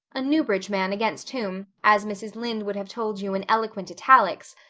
a newbridge man against whom, as mrs. lynde would have told you in eloquent italics,